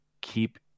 keep